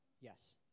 Yes